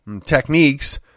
techniques